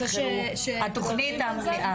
נבחרו, התכנית המלאה.